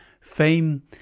Fame